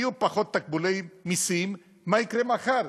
יהיו פחות תגמולי מסים, מה יקרה מחר?